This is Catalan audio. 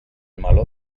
meló